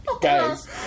Guys